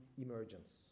emergence